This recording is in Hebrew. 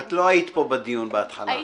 --- את לא היית פה בדיון בהתחלה.